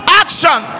action